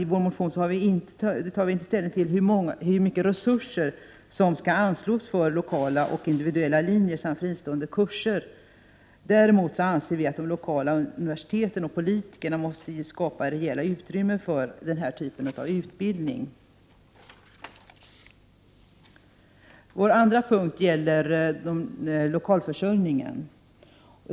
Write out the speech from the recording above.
I vår motion tar vi inte ställning till hur mycket resurser som skall anslås för lokala och individuella linjer samt fristående kurser. Däremot anser vi att de lokala universiteten och politikerna måste skapa rejäla utrymmen för denna typ av utbildning. Vår andra punkt gäller lokalförsörjningen.